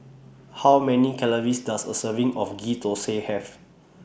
How Many Calories Does A Serving of Ghee Thosai Have